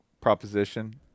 proposition